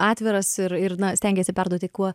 atviras ir ir na stengiesi perduoti kuo